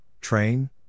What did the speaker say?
train